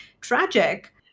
tragic